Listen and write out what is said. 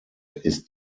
ist